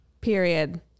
Period